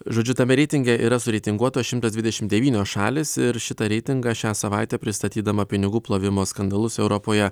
žodžiu tame reitinge yra sureitinguotos šimtas dvidešimt devynios šalys ir šitą reitingą šią savaitę pristatydama pinigų plovimo skandalus europoje